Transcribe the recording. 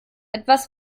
etwas